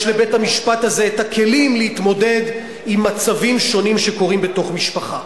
יש לבית-המשפט הזה כלים להתמודד עם מצבים שונים שקורים בתוך משפחה.